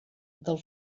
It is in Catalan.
del